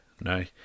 no